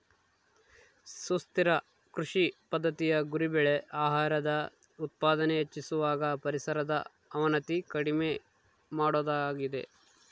ಸುಸ್ಥಿರ ಕೃಷಿ ಪದ್ದತಿಯ ಗುರಿ ಬೆಳೆ ಆಹಾರದ ಉತ್ಪಾದನೆ ಹೆಚ್ಚಿಸುವಾಗ ಪರಿಸರದ ಅವನತಿ ಕಡಿಮೆ ಮಾಡೋದಾಗಿದೆ